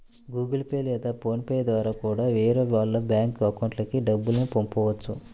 Google Pay లేదా PhonePe ద్వారా కూడా వేరే వాళ్ళ బ్యేంకు అకౌంట్లకి డబ్బుల్ని పంపొచ్చు